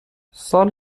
سال